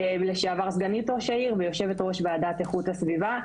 לשעבר סגנית ראש העיר ויושבת ראש ועדת איכות הסביבה.